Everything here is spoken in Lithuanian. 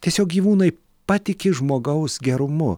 tiesiog gyvūnai patiki žmogaus gerumu